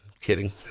Kidding